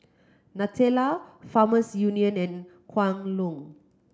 Nutella Farmers Union and Kwan Loong